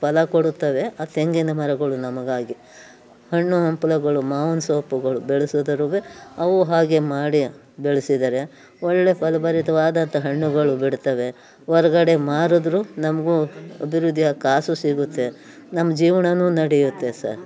ಫಲ ಕೊಡುತ್ತವೆ ಆ ತೆಂಗಿನ ಮರಗಳು ನಮಗಾಗಿ ಹಣ್ಣು ಹಂಪಲುಗಳು ಮಾವಿನ ತೋಪುಗಳು ಬೆಳೆಸಿದರೂ ಅವು ಹಾಗೆ ಮಾಡಿ ಬೆಳೆಸಿದರೆ ಒಳ್ಳೆಯ ಫಲಭರಿತವಾದಂಥ ಹಣ್ಣುಗಳು ಬಿಡುತ್ತವೆ ಹೊರಗಡೆ ಮಾರಿದ್ರೂ ನಮಗೂ ಅಭಿವೃದ್ಧಿಯ ಕಾಸು ಸಿಗುತ್ತೆ ನಮ್ಮ ಜೀವನವೂ ನಡೆಯುತ್ತೆ ಸರ್